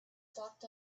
stopped